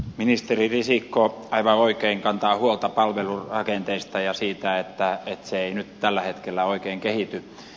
ministeri risikko aivan oikein kantaa huolta palvelurakenteista ja siitä että ne eivät nyt tällä hetkellä oikein kehity